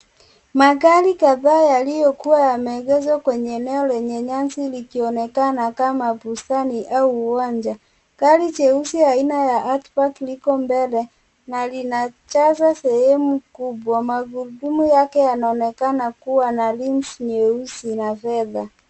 Magari kadhaa yaliyokuwa yameegeshwa kwenye eneo lenye nyasi, likionekana kama bustani au uwanja. Gari jeusi aina ya Autoback, liko mbele na linajaza sehemu kubwa. Magurudumu yake yanaonekan kuwa na rince nyeusi na fedha.